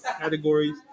categories